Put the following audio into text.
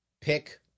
pick